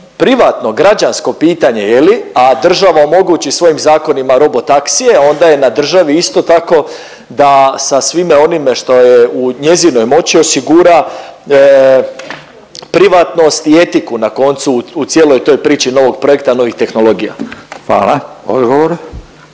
privatno, građansko pitanje je li, a država omogući svojim zakonima robo taksije, onda je na državi isto tako da sa svime onime što je u njezinoj moći osigura privatnost i etiku na koncu u cijeloj toj priči novog projekta, novih tehnologija. **Radin,